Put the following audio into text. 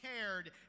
cared